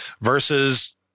versus